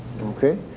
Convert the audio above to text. okay